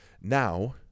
now